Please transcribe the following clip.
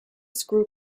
screw